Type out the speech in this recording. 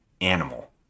animal